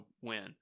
win